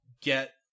get